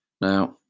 Now